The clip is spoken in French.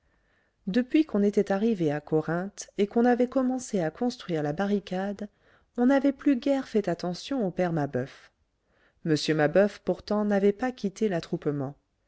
depuis qu'on était arrivé à corinthe et qu'on avait commencé à construire la barricade on n'avait plus guère fait attention au père mabeuf m mabeuf pourtant n'avait pas quitté l'attroupement